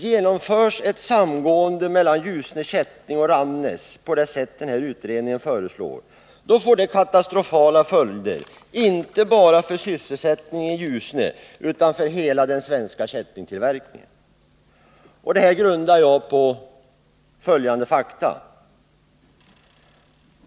Genomförs ett samgående mellan Ljusne Kätting och Ramnäs på det sätt som den här utredningen föreslår, då får det katastrofala följder, inte bara för sysselsättningen i Ljusne utan för hela den svenska kättingtillverkningen. Detta grundar jag på följande fakta.